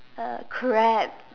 the crab